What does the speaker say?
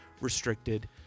restricted